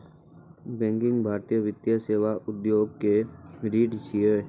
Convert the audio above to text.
banking भारतीय वित्तीय सेवा उद्योग के रीढ़ छियै